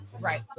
Right